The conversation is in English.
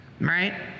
right